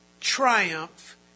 triumph